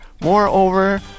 moreover